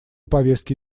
повестке